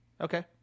Okay